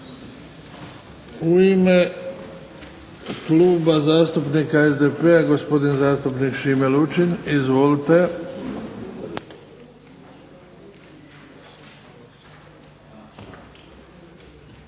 U ime kluba zastupnika SDP-a gospodin zastupnik Šime Lučin. Izvolite.